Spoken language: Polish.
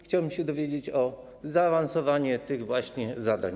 Chciałbym się dowiedzieć o zaawansowanie tych właśnie zadań.